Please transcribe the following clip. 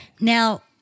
Now